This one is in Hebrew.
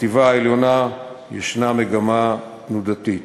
בחטיבה העליונה יש מגמה תנודתית.